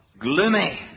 gloomy